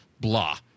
blah